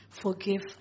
forgive